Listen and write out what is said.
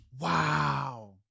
Wow